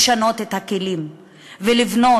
לשנות את הכלים ולבנות,